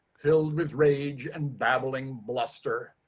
filled with rage and babbling bluster,